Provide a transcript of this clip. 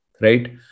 Right